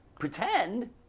pretend